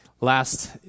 Last